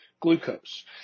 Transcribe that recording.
glucose